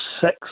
six